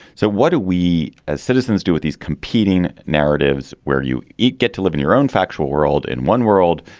so what do we as citizens do with these competing narratives where you eat, get to live in your own factual world, in one world?